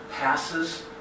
passes